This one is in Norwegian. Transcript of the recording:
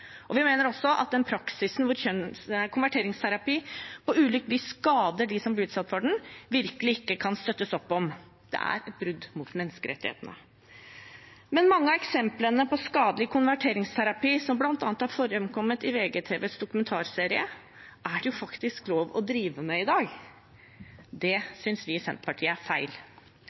sykt. Vi mener også at praksisen konverteringsterapi på ulikt vis skader de som blir utsatt for den, og virkelig ikke kan støttes opp om. Det er et brudd med menneskerettighetene. Mange av eksemplene på skadelig konverteringsterapi som bl.a. har forekommet i VGTVs dokumentarserie, er det faktisk lov å drive med i dag. Det synes vi i Senterpartiet er feil.